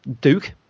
Duke